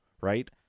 right